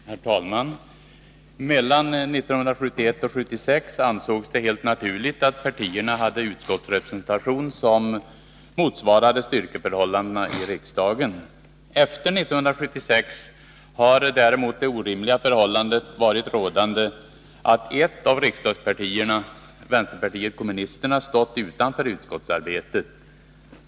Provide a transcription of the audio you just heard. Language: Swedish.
Herr talman! Mellan 1971 och 1976 ansågs det helt naturligt att partierna hade utskottsrepresentation som motsvarade styrkeförhållandena i riksdagen. Efter 1976 har däremot det orimliga förhållandet varit rådande att ett av riksdagspartierna, vänsterpartiet kommunisterna, stått utanför utskottsarbetet.